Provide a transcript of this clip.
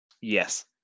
Yes